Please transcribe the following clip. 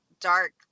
dark